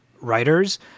writers